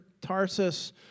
Tarsus